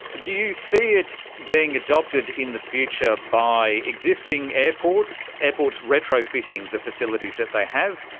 do you see it being adopted in the future by existing airports, airports retrofitting the facilities that they have,